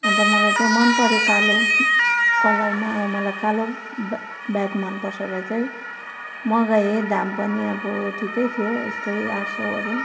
अन्त मलाई चाहिँ मनपऱ्यो कालो कलरमा अब मलाई कालो ब्य ब्याग मनपर्छ र चाहिँ मगाएँ दाम पनि अब ठिकै थियो यस्तै आठ सयहरू